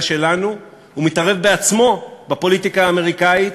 שלנו הוא מתערב בעצמו בפוליטיקה האמריקנית,